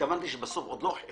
אני יודע